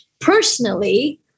Personally